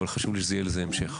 אבל חשוב לי שיהיה לזה המשך.